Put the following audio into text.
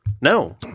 No